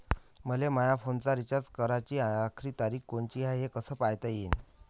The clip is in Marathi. मले माया फोनचा रिचार्ज कराची आखरी तारीख कोनची हाय, हे कस पायता येईन?